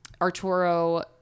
Arturo